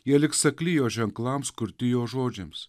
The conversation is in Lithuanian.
jie liks akli jo ženklams kurti jo žodžiams